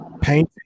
painting